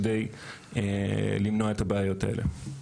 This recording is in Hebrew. כדי למנוע את הבעיות האלה.